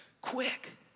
quick